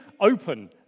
open